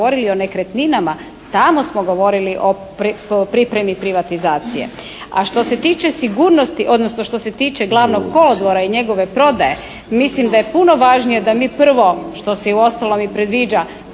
o nekretninama tamo smo govorili o pripremi privatizacije. A što se tiče sigurnosti odnosno što se tiče Glavnog kolodvora i njegove prodaje mislim da je puno važnije da prvo što se uostalom i predviđa